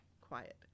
quiet